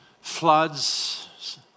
floods